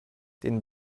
den